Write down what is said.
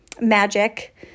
magic